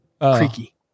Creaky